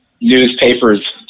newspapers